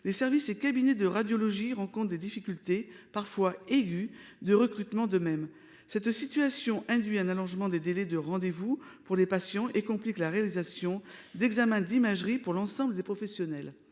les services et les cabinets de radiologie rencontrent des difficultés, parfois aiguës, de recrutements de MEM. Cette situation induit un allongement des délais de rendez-vous pour les patients et complique la réalisation d'examens d'imagerie pour l'ensemble des professionnels.